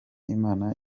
imana